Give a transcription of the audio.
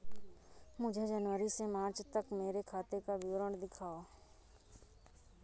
मुझे जनवरी से मार्च तक मेरे खाते का विवरण दिखाओ?